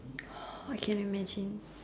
I can imagine